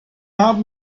haben